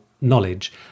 knowledge